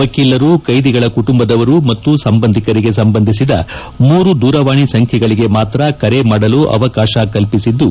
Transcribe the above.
ವಕೀಲರು ಕೈದಿಗಳ ಕುಟುಂಬದವರು ಮತ್ತು ಸಂಬಂಧಿಕರಿಗೆ ಸಂಬಂಧಿಸಿದ ಮೂರು ದೂರವಾಣಿ ಸಂಖ್ಯೆಗಳಿಗೆ ಮಾತ್ರ ಕರೆ ಮಾಡಲು ಅವಕಾಶ ಕಲ್ಪಿಸಿದ್ದು